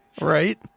Right